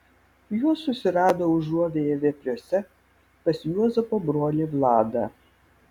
jos susirado užuovėją vepriuose pas juozapo brolį vladą